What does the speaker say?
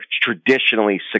traditionally